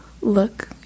look